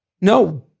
No